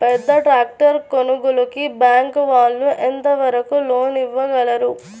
పెద్ద ట్రాక్టర్ కొనుగోలుకి బ్యాంకు వాళ్ళు ఎంత వరకు లోన్ ఇవ్వగలరు?